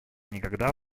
никогда